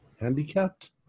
handicapped